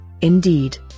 indeed